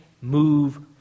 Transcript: move